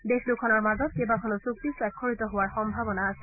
দেশ দুখনৰ মাজত কেইবাখনো চুক্তি স্বাক্ষৰিত হোৱাৰ সম্ভাৱনা আছে